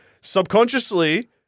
Subconsciously